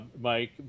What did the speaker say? Mike